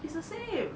it's the same